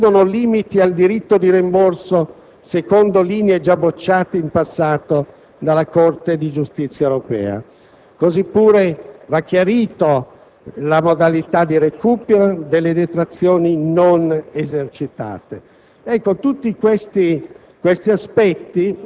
ove prevedono limiti al diritto di rimborso secondo linee già bocciate in passato dalla Corte di giustizia europea. Così pure va chiarita la modalità di recupero delle detrazioni non esercitate. Tutti questi